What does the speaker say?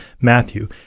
Matthew